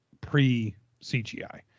pre-cgi